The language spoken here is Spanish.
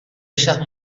ellas